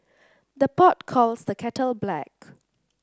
the pot calls the kettle black